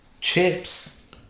Chips